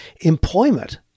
employment